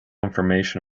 information